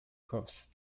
chorus